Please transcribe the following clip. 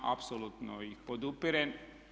Apsolutno ih podupirem.